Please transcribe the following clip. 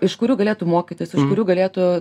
iš kurių galėtų mokytis iš kurių galėtų